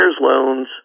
loans